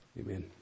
Amen